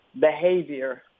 behavior